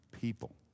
people